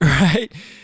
Right